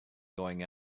going